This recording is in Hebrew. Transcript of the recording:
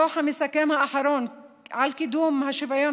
הדוח המסכם האחרון על קידום השוויון